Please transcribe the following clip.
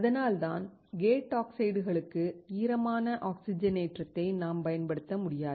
அதனால்தான் கேட் ஆக்சைடுக்கு ஈரமான ஆக்சிஜனேற்றத்தை நாம் பயன்படுத்த முடியாது